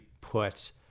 put